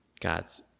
god's